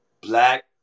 black